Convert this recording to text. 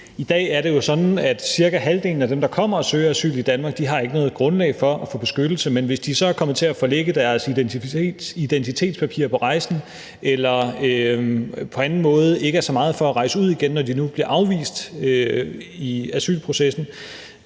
i dag er sådan, at cirka halvdelen af dem, der kommer og søger asyl i Danmark, ikke har noget grundlag for få beskyttelse, men hvis de så er kommet til at forlægge deres identitetspapirer på rejsen eller på anden måde ikke er så meget for at rejse ud igen, når de nu bliver afvist i asylprocessen,